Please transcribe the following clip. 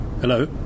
hello